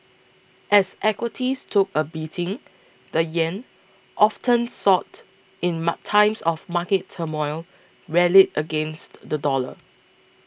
as equities took a beating the yen often sought in mart times of market turmoil rallied against the dollar